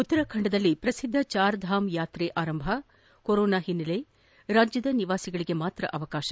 ಉತ್ತರಾಖಂಡದಲ್ಲಿ ಪ್ರಸಿದ್ದ ಚಾರ್ಧಾಮ್ ಯಾತ್ರೆ ಆರಂಭ ಕೊರೊನಾ ಹಿನ್ನೆಲೆ ಕೇವಲ ರಾಜ್ಯದ ನಿವಾಸಿಗಳಿಗೆ ಮಾತ್ರ ಅವಕಾಶ